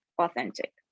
authentic